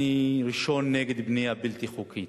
אני הראשון נגד בנייה בלתי חוקית.